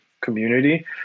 community